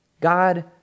God